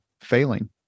failing